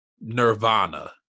Nirvana